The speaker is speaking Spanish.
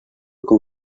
con